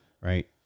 right